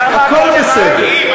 הכול בסדר.